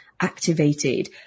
activated